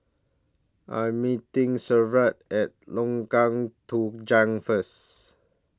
I Am meeting Severt At Lengkong Tujuh First